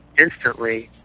instantly